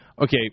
Okay